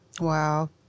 Wow